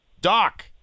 Doc